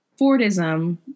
Fordism